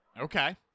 Okay